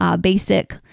basic